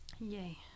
yay